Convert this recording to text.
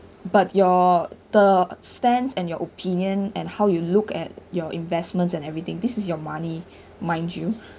but your the stance and your opinion and how you look at your investments and everything this is your money mind you